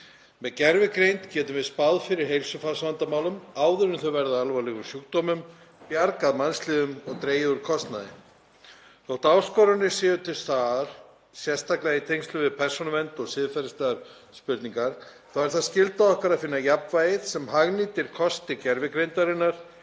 Með gervigreind getum við spáð fyrir heilsufarsvandamálum áður en þau verða að alvarlegum sjúkdómum, bjargað mannslífum og dregið úr kostnaði. Þótt áskoranir séu til staðar, sérstaklega í tengslum við persónuvernd og siðferðislegar spurningar, þá er það skylda okkar að finna jafnvægið sem hagnýtir kosti gervigreindarinnar